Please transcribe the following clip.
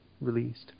released